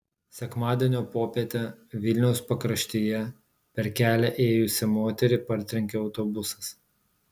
sekmadienio popietę vilniaus pakraštyje per kelią ėjusią moterį partrenkė autobusas